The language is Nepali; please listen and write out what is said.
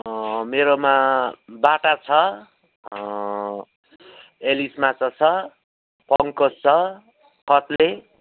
अँ मेरोमा बाटा छ एलिस माछा छ पङ्कज छ कत्ले